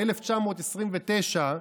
ב-1929,